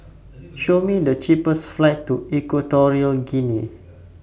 Show Me The cheapest flights to Equatorial Guinea